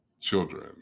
children